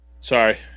sorry